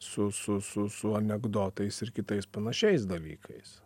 su su su su anekdotais ir kitais panašiais dalykais